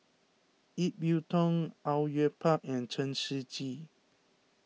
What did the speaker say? Ip Yiu Tung Au Yue Pak and Chen Shiji